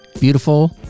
beautiful